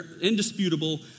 indisputable